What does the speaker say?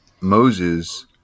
Moses